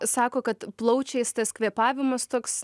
sako kad plaučiais tas kvėpavimas toks